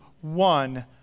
one